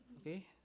okay